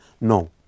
No